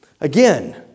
Again